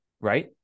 right